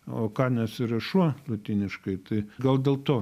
o kanes yra šuo lotyniškai tai gal dėl to